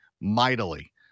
mightily